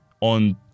on